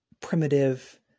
primitive